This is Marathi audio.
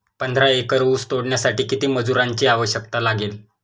पंधरा एकर ऊस तोडण्यासाठी किती मजुरांची आवश्यकता लागेल?